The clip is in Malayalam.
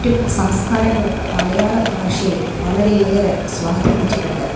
മറ്റ് സംസ്കാരങ്ങളും മലയാള ഭാഷയെ വളരെയേറെ സ്വാധീനിച്ചിട്ടുണ്ട്